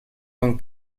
con